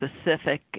specific